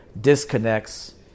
disconnects